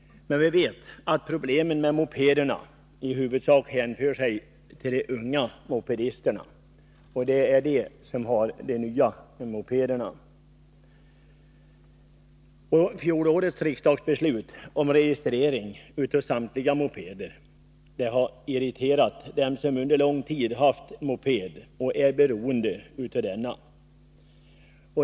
Men vi vet ju att mopedproblemen i huvudsak gäller de unga mopedisterna. Det är de som har de nya mopederna. Fjolårets riksdagsbeslut om registrering av samtliga mopeder har irriterat dem som under lång tid har haft moped och är beroende av denna.